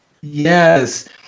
Yes